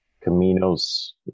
Camino's